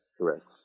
Correct